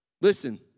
Listen